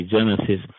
Genesis